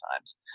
times